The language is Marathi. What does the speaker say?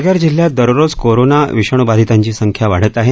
पालघर जिल्ह्यात दररोज कोरोना विषाणू बाधीतांची संख्या वाढत आहे